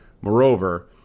Moreover